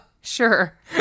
Sure